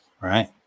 Right